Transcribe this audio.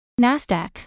NASDAQ